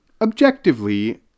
objectively